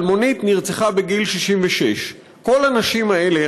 אלמונית נרצחה בגיל 66. כל הנשים האלה,